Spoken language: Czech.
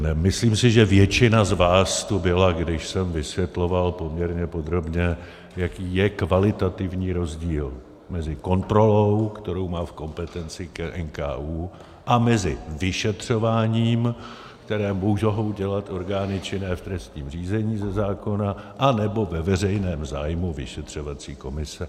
Myslím si, že většina z vás tu byla, když jsem vysvětloval poměrně podrobně, jaký je kvalitativní rozdíl mezi kontrolou, kterou má v kompetenci NKÚ, a vyšetřováním, které mohou dělat orgány činné v trestním řízení ze zákona, anebo ve veřejném zájmu vyšetřovací komise.